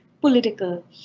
political